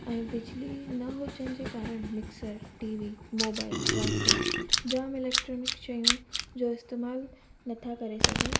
ऐं बिजली न हुजनि जे कारण mixer T V mobile wifi जाम इलैक्ट्रॉनिक शयूं जो इस्तेमालु न था करे सघूं